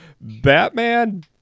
Batman